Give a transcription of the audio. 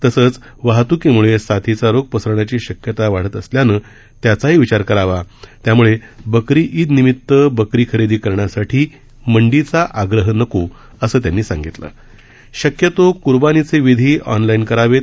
तसंच वाहत्कीमुळे साथीचा रोग पसरण्याची शक्यता वाढत असल्यानं त्याचाही विचार करावा त्यामुळे बकरी ईद निमित बकरी खरेदी करण्यासाठी मंडीचा आग्रह नको असं त्यांनी सांगितलं शक्यतो कुर्बानीचे विधी ऑनलाईन करावेत